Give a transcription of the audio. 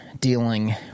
dealing